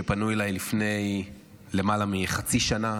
שפנו אליי לפני למעלה מחצי שנה,